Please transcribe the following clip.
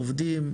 עובדים,